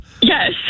Yes